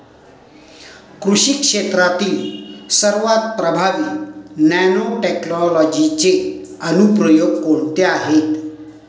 कृषी क्षेत्रातील सर्वात प्रभावी नॅनोटेक्नॉलॉजीचे अनुप्रयोग कोणते आहेत?